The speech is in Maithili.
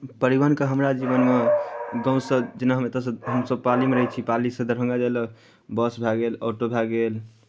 परिवहनके हमरा जीवनमे गाँवसँ जेना हम एतयसँ हमसभ पालीमे रहै छी पालीसँ दरभंगा जाय लेल बस भए गेल ऑटो भए गेल